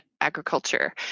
agriculture